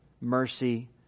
mercy